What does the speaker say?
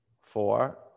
four